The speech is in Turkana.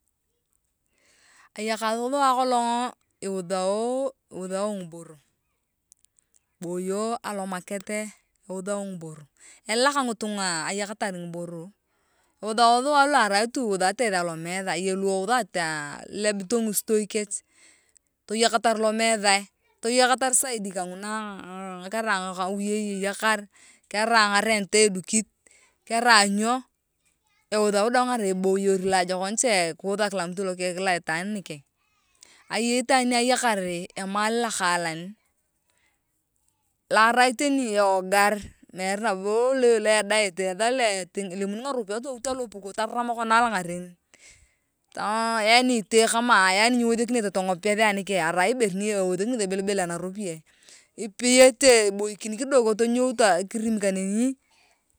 Aanyakai thuwa kolong ayakae iuthaoo ngiboro alomaket elalak ngitunga a lomaket ayakatar ngiboro euthao ngistoi kech toyokatar lomothai toyokatar zaidi kanguna kerai ngawiyai eyakar kerai ngareuta edukit euthao daang arai eboyor loajokon kiutha kila itwaan likeng ayei itwaan ni ayakar emaal lokalaan la arai teni ewogar mere nabo lo edait etha eche elemuni ngaropiae tout alopuko taram yaani itee kama nyiwethekini tongopiathi anikeng iwethekini ngeth ebeibel anoropiae iboikin kidogo tonyou kirimi kaneni.